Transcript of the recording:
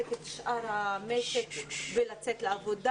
לתחזק את המשק ולאפשר יציאה לעבודה.